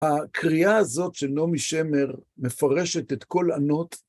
הקריאה הזאת של נעמי שמר מפרשת את כל ענות